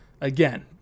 again